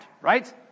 right